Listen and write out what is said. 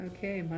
Okay